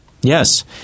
Yes